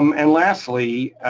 um and lastly.